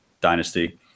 Dynasty